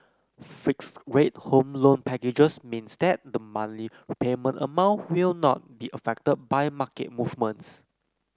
fixed rate home loan packages means that the monthly repayment amount will not be affected by market movements